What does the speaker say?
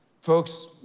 Folks